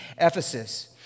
Ephesus